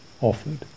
offered